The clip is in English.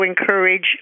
encourage